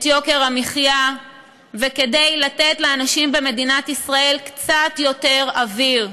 את יוקר המחיה וכדי לתת לאנשים במדינת ישראל קצת יותר אוויר.